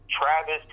Travis